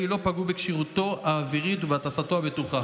לא פגעו בכשירותו האווירית ובהטסתו הבטוחה.